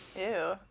Ew